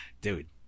Dude